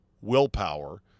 willpower